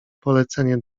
polecenie